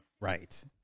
Right